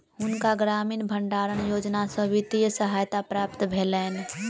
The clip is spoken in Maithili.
हुनका ग्रामीण भण्डारण योजना सॅ वित्तीय सहायता प्राप्त भेलैन